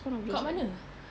kat mana